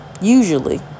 usually